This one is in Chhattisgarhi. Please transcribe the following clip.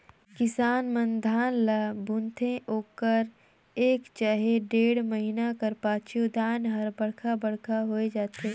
किसान मन धान ल बुनथे ओकर एक चहे डेढ़ महिना कर पाछू धान हर बड़खा बड़खा होए जाथे